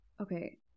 Okay